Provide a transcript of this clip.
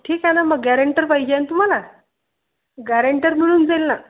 ठीक आहे ना मग गॅरेंटर पाहिजे ना तुम्हाला गॅरेंटर मिळून जाईल ना